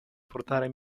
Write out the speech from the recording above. portare